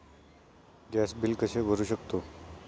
Gas bill कसे भरू शकतो?